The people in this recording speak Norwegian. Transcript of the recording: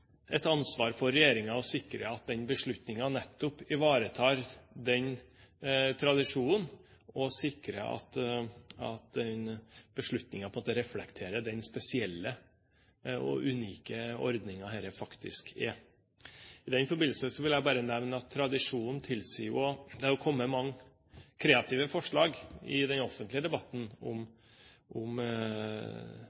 et ansvar for regjeringen å sikre at den beslutningen nettopp ivaretar den tradisjonen, og sikrer at beslutningen reflekterer den spesielle og unike ordningen dette faktisk er. I den forbindelse vil jeg bare nevne: Det har kommet mange kreative forslag i den offentlige debatten om